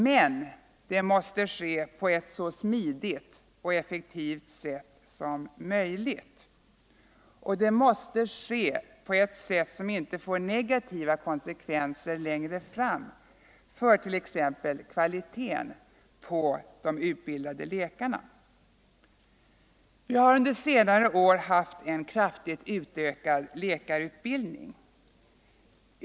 Men det måste ske på ett så smidigt och effektivt sätt som möjligt och på ett sätt som inte får negativa konsekvenser längre fram för t.ex. kvaliteten på de utbildade läkarna. Vi har under senare år haft en kraftigt utökad läkarutbildning.